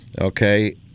okay